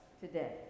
today